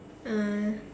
uh